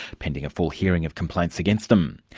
pending a full hearing of complaints against them.